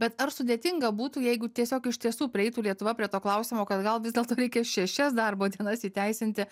bet ar sudėtinga būtų jeigu tiesiog iš tiesų prieitų lietuva prie to klausimo kad gal vis dėlto reikia šešias darbo dienas įteisinti